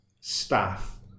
Staff